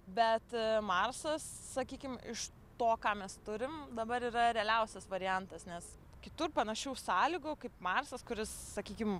bet marsas sakykim iš to ką mes turim dabar yra realiausias variantas nes kitur panašių sąlygų kaip marsas kuris sakykim